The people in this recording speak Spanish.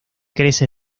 crece